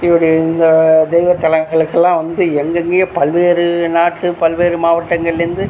இப்படி இந்த தெய்வத்தலங்களுக்குலாம் வந்து எங்கெங்கியோ பல்வேறு நாட்டு பல்வேறு மாவட்டங்கள்லேந்து